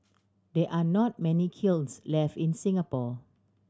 there are not many kilns left in Singapore